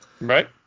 Right